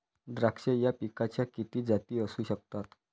द्राक्ष या पिकाच्या किती जाती असू शकतात?